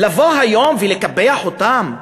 לבוא היום ולקפח אותם?